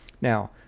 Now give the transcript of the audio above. Now